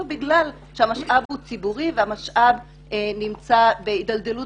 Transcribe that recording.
בגלל שהמשאב הוא ציבורי והמשאב נמצא בהידלדלות,